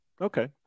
okay